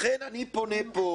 לכן אני פונה פה